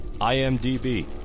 IMDb